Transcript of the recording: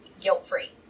guilt-free